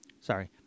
sorry